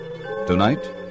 Tonight